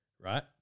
Right